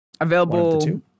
available